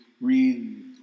read